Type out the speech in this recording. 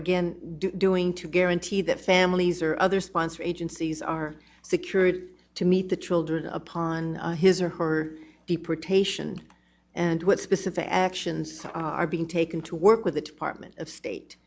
again doing to guarantee that families or other sponsor agencies are secured to meet the children upon his or her deportation and what specific actions are being taken to work with the apartment of state